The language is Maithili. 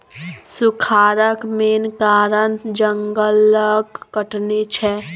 सुखारक मेन कारण जंगलक कटनी छै